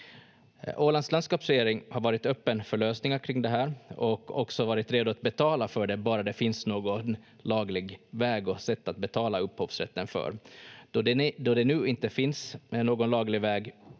Ålands landskapsregering har varit öppen för lösningar kring det här och också varit redo att betala för det, bara det finns någon laglig väg och sätt att betala upphovsrätten för. Då det nu inte finns någon laglig väg